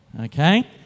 Okay